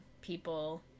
people